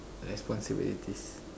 responsibilities